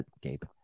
Gabe